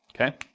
Okay